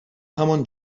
همان